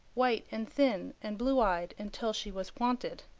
white and thin and blue-eyed, until she was wanted.